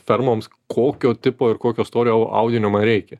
fermoms kokio tipo ir kokio storio audinio man reikia